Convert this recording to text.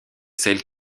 celle